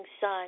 sun